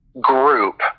group